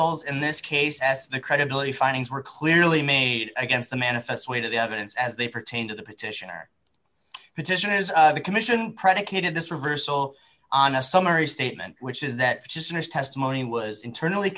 s in this case as the credibility findings were clearly made against the manifest weight of the evidence as they pertain to the petitioner petitioners the commission predicated this reversal on a summary statement which is that just in his testimony was internally